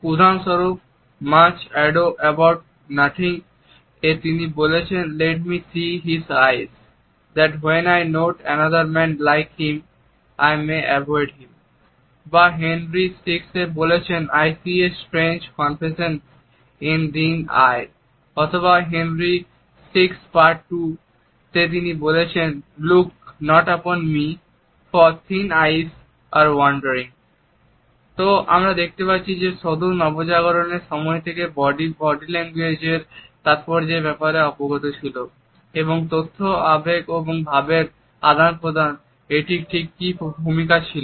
উদাহরণস্বরূপ much ado about nothing এ তিনি বলেছেন "Let me see his eyes that when I note another man like him I may avoid him" বা Henry VI এ তিনি বলেছেন "I see a strange confession in thine eye" অথবা Henry VI part II Henry VI Part II তে তিনি বলেছেন "look not upon me for thine eyes are wounding"তো আমরা দেখতে পাচ্ছি সুদূর নবজাগরণের সময় থেকে মানুষ বডি ল্যাঙ্গুয়েজের তাৎপর্যের ব্যাপারে অবগত ছিল এবং তথ্য আবেগ ও ভাবের আদান প্রদানে এটির ঠিক কি ভূমিকা ছিল